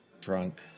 drunk